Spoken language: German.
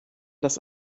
das